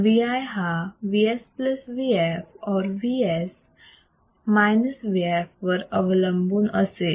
Vi हा Vs Vf or Vs Vf वर अवलंबून असेल